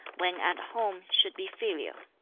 when at home, should be filial,